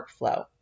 workflow